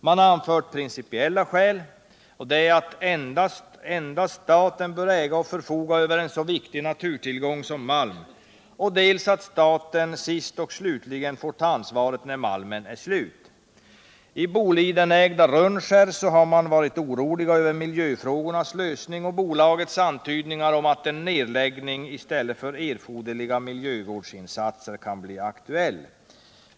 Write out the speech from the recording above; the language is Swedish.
Man har anfört principiella skäl, nämligen att endast staten bör äga och förfoga över en så viktig naturtillgång som malm och att staten sist och slutligen får ta ansvaret när malmen är slut. I det bolidenägda Rönnskär har man varit orolig över miljöfrågornas lösning och bolagets antydningar om att en nedläggning i stället för erforderliga miljövårdsinsatser kan bli aktuell.